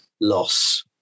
loss